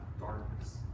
darkness